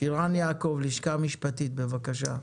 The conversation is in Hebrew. שירן יעקב, הלשכה המשפטית, בבקשה.